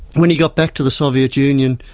when he got back to the soviet union,